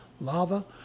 lava